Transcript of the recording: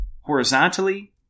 horizontally